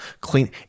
Clean